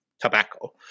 tobacco